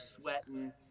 sweating